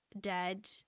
Dead